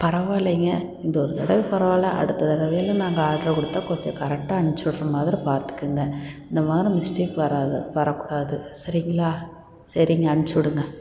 பரவாயில்லைங்க இந்த ஒரு தடவை பரவாயில்லைஅடுத்த தடவையெல்லாம் நாங்கள் ஆட்ரை கொடுத்தா கொஞ்சம் கரெக்டாக அனுப்பிச்சு விட்ற மாதிரி பார்த்துக்குங்க இந்த மாதிரி மிஸ்டேக் வராத வரக்கூடாது சரிங்களா சரிங்க அனுப்பிச்சு விடுங்க